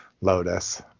Lotus